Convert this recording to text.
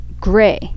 gray